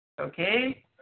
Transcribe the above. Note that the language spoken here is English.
Okay